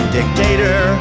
Dictator